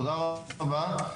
תודה רבה.